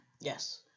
Yes